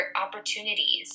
opportunities